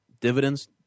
dividends